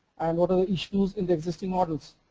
another issues in the existing models.